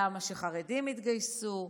למה שחרדים יתגייסו,